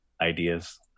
ideas